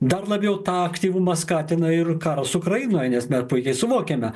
dar labiau tą aktyvumą skatina ir karas ukrainoj nes na puikiai suvokiame